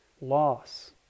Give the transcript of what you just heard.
loss